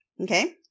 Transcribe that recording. Okay